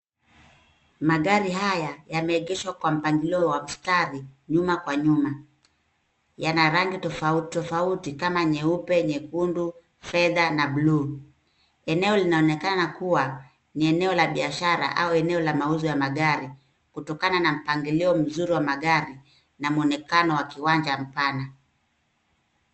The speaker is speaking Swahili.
Magari haya yameegeshwa kwa mpangilio wa mstari, nyuma Kwa nyuma. Yana rangi tofauti tofauti kama nyeupe, nyekundu, fedha na buluu. Eneo linaonekana kuwa ni eneo la biashara au eneo la mauzo ya magari kutokana na mpangilio mazuri wa magari na muonekano wa kiwanja mpana.